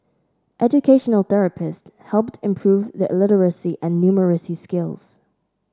educational therapists helped improve their literacy and numeracy skills